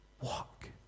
Walk